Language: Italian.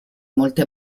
molte